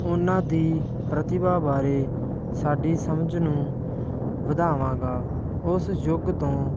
ਉਹਨਾਂ ਦੀ ਪ੍ਰਤਿਭਾ ਬਾਰੇ ਸਾਡੀ ਸਮਝ ਨੂੰ ਵਧਾਵਾਂਗਾ ਉਸ ਯੁੱਗ ਤੋਂ